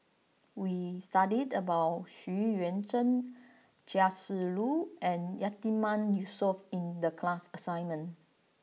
we studied about Xu Yuan Zhen Chia Shi Lu and Yatiman Yusof in the class assignment